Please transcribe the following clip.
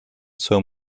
zur